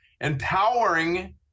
empowering